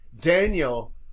Daniel